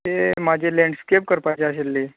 तें म्हाजें लेंडस्केप करपाची आशिल्ली